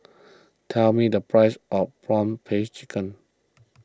tell me the price of Prawn Paste Chicken